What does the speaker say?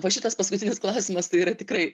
va šitas paskutinis klausimas tai yra tikrai